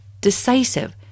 decisive